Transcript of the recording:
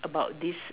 about this